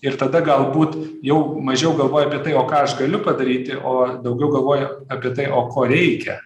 ir tada galbūt jau mažiau galvoja apie tai o ką aš galiu padaryti o daugiau galvoja apie tai o ko reikia